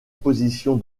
position